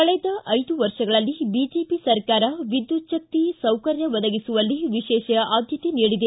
ಕಳೆದ ಐದು ವರ್ಷಗಳಲ್ಲಿ ಬಿಜೆಪಿ ಸರ್ಕಾರ ವಿದ್ಯುಚ್ಛಕ್ತಿ ಸೌಕರ್ಯ ಒದಗಿಸುವಲ್ಲಿ ವಿಶೇಷ ಆದ್ಯತೆ ನೀಡಿದೆ